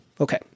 Okay